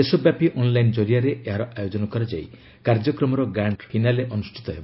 ଦେଶ ବ୍ୟାପୀ ଅନ୍ଲାଇନ୍ ଜରିଆରେ ଏହାର ଆୟୋଜନ କରାଯାଇ କାର୍ଯ୍ୟକ୍ରମର ଗ୍ରାଣ୍ଡ ଫିନାଲେ ଅନୁଷ୍ଠିତ ହେବ